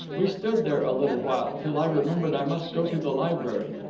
we stood there a little while, till i remembered i must go to the library.